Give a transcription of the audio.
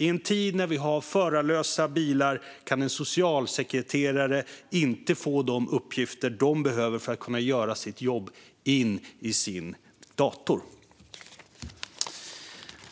I en tid när vi har förarlösa bilar kan socialsekreterare inte få in de uppgifter som de behöver i sin dator för att kunna göra sitt jobb.